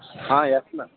yes ma'am